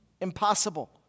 Impossible